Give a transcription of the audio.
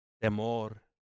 temor